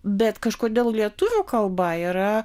bet kažkodėl lietuvių kalba yra